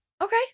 okay